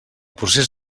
procés